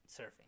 surfing